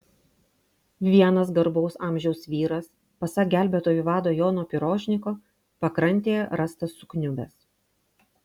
vienas garbaus amžiaus vyras pasak gelbėtojų vado jono pirožniko pakrantėje rastas sukniubęs